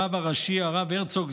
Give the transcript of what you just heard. הרב הראשי הרב הרצוג,